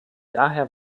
daher